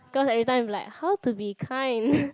cause every time it's like how to be kind